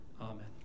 Amen